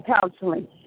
counseling